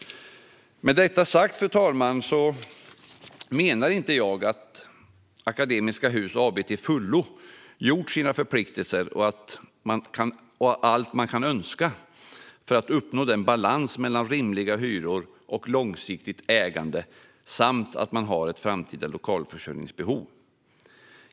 Med detta sagt, fru talman, menar jag inte att Akademiska Hus AB till fullo har fullgjort sina förpliktelser och allt man kan önska för att uppnå en balans mellan rimliga hyror och långsiktigt ägande samt det framtida lokalförsörjningsbehovet.